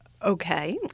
Okay